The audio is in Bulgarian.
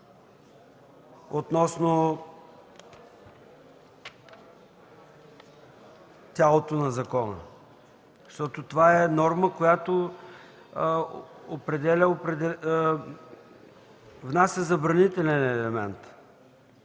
относно тялото на закона, защото това е норма, която внася забранителен елемент?